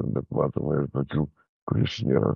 bet matoma ir tokių kuris nėra